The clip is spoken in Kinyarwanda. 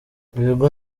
ibigo